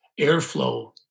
airflow